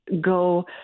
go